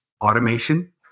Automation